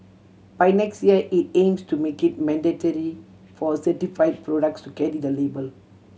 by next year it aims to make it mandatory for certify products to carry the label